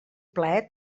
plaer